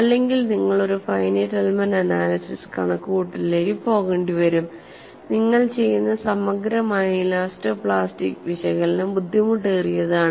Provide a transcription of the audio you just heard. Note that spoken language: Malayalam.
അല്ലാത്തപക്ഷം നിങ്ങൾ ഒരു ഫൈനൈറ്റ് എലമെന്റ് അനാലിസിസ് കണക്കുകൂട്ടലിലേക്ക് പോകേണ്ടിവരും നിങ്ങൾ ചെയ്യുന്ന സമഗ്രമായ ഇലാസ്റ്റോപ്ലാസ്റ്റിക് വിശകലനം ബുദ്ധിമുട്ടേറിയതാണ്